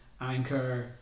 Anchor